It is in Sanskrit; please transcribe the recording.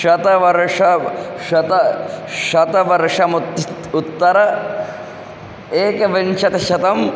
शतवर्षं वा शतं शतवर्षोत्तर उत्तर एकविंशतिशतम्